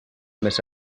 més